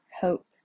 hope